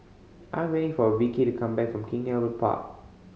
I'm waiting for Vikki to come back from King Albert Park